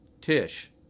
Tish